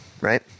right